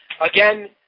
again